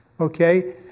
Okay